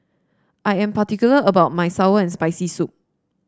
I am particular about my sour and Spicy Soup